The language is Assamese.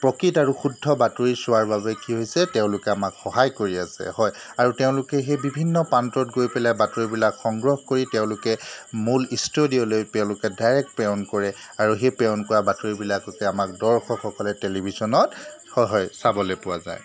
প্ৰকৃত আৰু শুদ্ধ বাতৰি চোৱাৰ বাবে কি হৈছে তেওঁলোকে আমাক সহায় কৰি আছে হয় আৰু তেওঁলোকে সেই বিভিন্ন প্ৰান্তত গৈ পেলাই বাতৰিবিলাক সংগ্ৰহ কৰি তেওঁলোকে মূল ষ্টুডিঅ'লৈ তেওঁলোকে ডাইৰেক্ট প্ৰেৰণ কৰে আৰু সেই প্ৰেৰণ কৰা বাতৰিবিলাককে আমাক দৰ্শকসকলে টেলিভিশ্যনত হয় হয় চাবলৈ পোৱা যায়